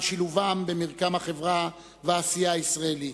שילובם במרקם החברה והעשייה הישראליות.